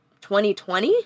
2020